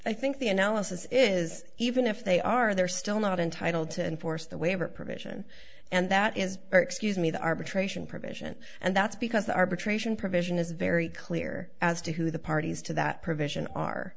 i think the analysis is even if they are they're still not entitled to enforce the waiver provision and that is their excuse me the arbitration provision and that's because the arbitration provision is very clear as to who the parties to that provision are